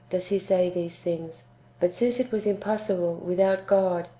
does he say these things but since it was impossible, without god,